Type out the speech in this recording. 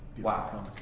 Wow